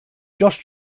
josh